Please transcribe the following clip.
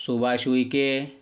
Subhash Vikhe